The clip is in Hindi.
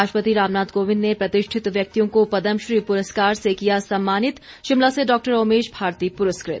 राष्ट्रपति रामनाथ कोविंद ने प्रतिष्ठित व्यक्तियों को पद्म श्री पुरस्कार से किया सम्मानित शिमला से डॉक्टर ओमेश भारती पुरस्कृत